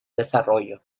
desarrollo